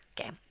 Okay